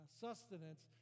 sustenance